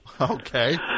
okay